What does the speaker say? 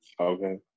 Okay